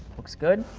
looks good.